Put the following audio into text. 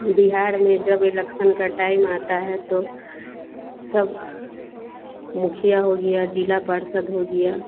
बिहार में जब इलेक्सन का टाइम आता है तो सब मुखिया हो गया ज़िला पार्सद हो गया